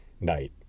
night